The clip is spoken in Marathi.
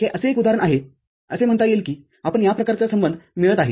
हे असे एक उदाहरण आहे असे म्हणता येईल की आपणास या प्रकारचा संबंध मिळत आहे